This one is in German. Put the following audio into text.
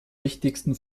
wichtigsten